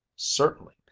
Certainly